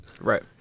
Right